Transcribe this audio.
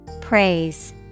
Praise